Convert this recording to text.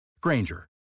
Granger